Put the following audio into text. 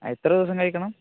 എത്ര ദിവസം കഴിക്കണം